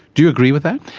do you agree with that?